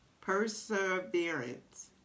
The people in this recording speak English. perseverance